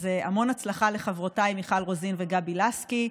אז המון הצלחה לחברותיי מיכל רוזין וגבי לסקי.